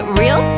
real